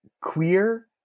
queer